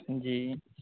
جی